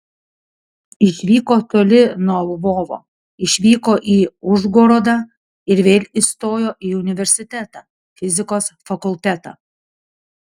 išvyko toli nuo lvovo išvyko į užgorodą ir vėl įstojo į universitetą fizikos fakultetą